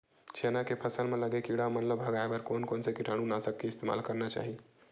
चना के फसल म लगे किड़ा मन ला भगाये बर कोन कोन से कीटानु नाशक के इस्तेमाल करना चाहि?